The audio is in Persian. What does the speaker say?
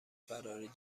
فراری